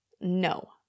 No